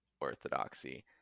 orthodoxy